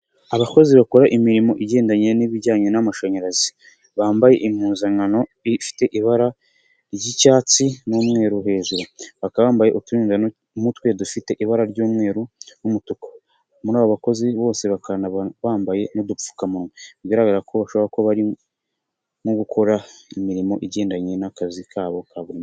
Abakozi bakora imirimo igendanye n'ibijyanye n'amashanyarazi, bambaye impuzankano ifite ibara ry'icyatsi n'umweru hejuru, bakaba bambaye uturinda mutwe, dufite ibara ry'umweru n'umutuku, muri abo bakozi bose bakaba banambaye n'udupfukamunwa, bigaragara ko bashobora kuba bari nko gukora imirimo igendanye n'akazi kabo ka buri munsi.